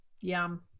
Yum